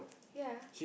ya